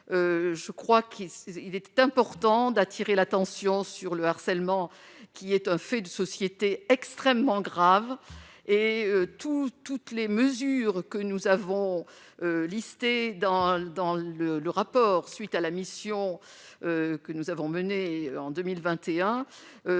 je crois qu'il est, il est important d'attirer l'attention sur le harcèlement qui est un fait de société extrêmement grave et tout, toutes les mesures que nous avons listé dans le dans le le rapport suite à la mission que nous avons menée en 2021